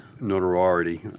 Notoriety